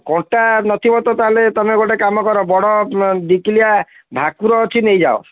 କଣ୍ଟା ନଥିବ ତ ତା' ହେଲେ ତମେ ଗୋଟେ କାମ କର ବଡ଼ ଦୁଇ କିଲିଆ ଭାକୁର ଅଛି ନେଇଯାଅ